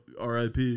RIP